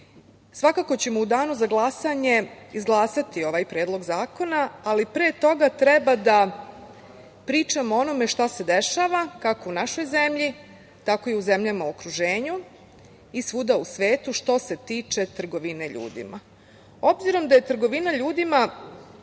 Svakako ćemo u danu za glasanje izglasati ovaj predlog zakona, ali pre toga treba da pričamo o onome što se dešava kako u našoj zemlji, tako i u zemljama u okruženju i svuda u svetu, što se tiče trgovine ljudima. Obzirom